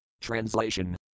Translation